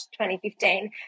2015